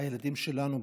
הילדים שלנו,